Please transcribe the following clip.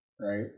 Right